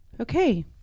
okay